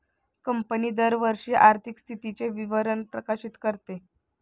company दरवर्षी आर्थिक स्थितीचे विवरण प्रकाशित करते